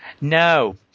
No